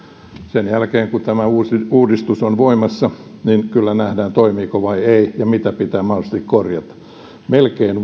sen jälkeen kun tämä uudistus on voimassa niin kyllä nähdään toimiiko vai ei ja mitä pitää mahdollisesti korjata melkein